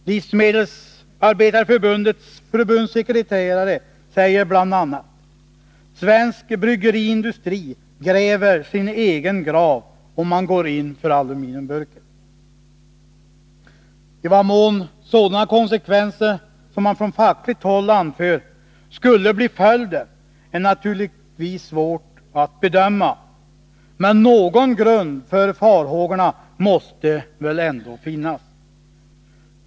Livsmedelsarbetareförbundets förbundssekreterare säger bl.a.: ”Svensk bryggeriindustri gräver sin egen grav om man går in för aluminiumburken.” I vad mån det skulle bli sådana konsekvenser som man från fackligt håll befarar är naturligtvis svårt att bedöma, men någon grund för farhågorna måste det väl ändå finnas.